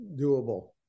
doable